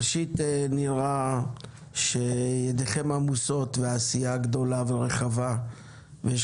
ראשית נראה שידיכם עמוסות והעשייה גדולה ורחבה ויש